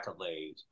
accolades